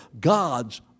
God's